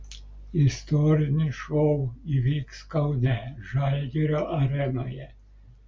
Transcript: istorinis šou įvyks kaune žalgirio arenoje